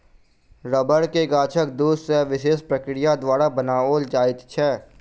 रबड़ के गाछक दूध सॅ विशेष प्रक्रिया द्वारा बनाओल जाइत छै